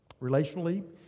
relationally